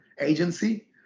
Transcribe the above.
agency